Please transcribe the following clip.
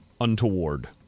untoward